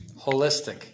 Holistic